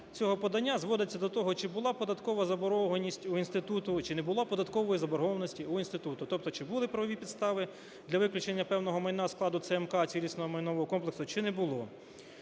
цього подання зводиться до того, чи була податкова заборгованість у інституту, чи не було податкової заборгованості у інституту, тобто чи були правові підстави для виключення певного майна складу ЦМК (цілісного майнового комплексу), чи не було.